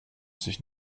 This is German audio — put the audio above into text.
sich